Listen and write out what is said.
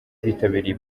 bitabiriye